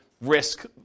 Risk